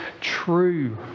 true